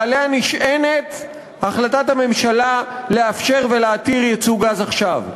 שעליה נשענת החלטת הממשלה לאפשר ולהתיר ייצוא גז עכשיו.